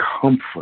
comfort